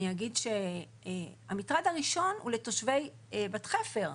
אני אגיד שהמטרד הראשון הוא לתושבי עמק חפר,